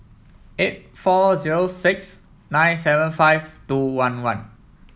eight four zero six nine seven five two one one